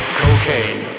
cocaine